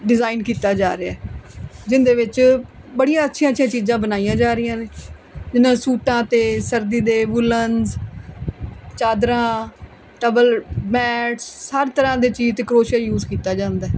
design ਕੀਤਾ ਜਾ ਰਿਹਾ ਜਿਹਦੇ ਵਿੱਚ ਬੜੀਆਂ ਅੱਛੀਆਂ ਅੱਛੀਆਂ ਚੀਜ਼ਾਂ ਬਣਾਈਆਂ ਜਾ ਰਹੀਆਂ ਨੇ ਜਿਹਨੂੰ ਸੂਟਾਂ 'ਤੇ ਸਰਦੀ ਦੇ ਵੂਲਨਸ ਚਾਦਰਾਂ ਟਬਲ ਮੈਟਸ ਹਰ ਤਰ੍ਹਾਂ ਦੇ ਚੀਜ਼ 'ਤੇ ਕਰੋਸ਼ੀਆ ਯੂਜ਼ ਕੀਤਾ ਜਾਂਦਾ